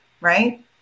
Right